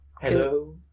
hello